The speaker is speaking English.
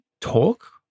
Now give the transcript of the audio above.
talk